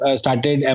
started